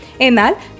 Enal